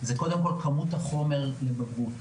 זה קודם כול כמות החומר לבגרות.